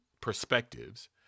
perspectives